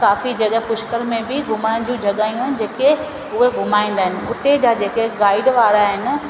काफ़ी जॻह पुष्कर में बि घुमण जूं जॻहियूं आहिनि जेके उहे घुमाईंदा आहिनि उते जा जेके गाइड वारा आहिनि